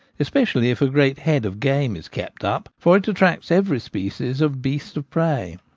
especially if a great head of game is kept up, for it attracts every species of beast of prey.